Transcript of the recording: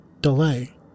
delay